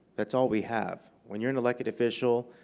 that's all we have. when you're an elected official,